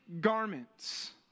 garments